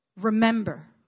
Remember